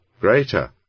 greater